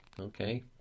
okay